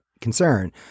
concern